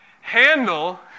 handle